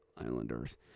Islanders